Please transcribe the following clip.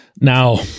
Now